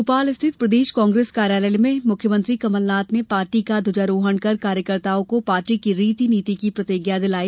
भोपाल स्थित प्रदेश कांग्रेस कार्यालय में मुख्यमंत्री कमलनाथ ने पार्टी का ध्वजारोहण कर कार्यकर्ताओं को पार्टी की रीति नीति की प्रतिज्ञा दिलाई